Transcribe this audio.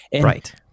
Right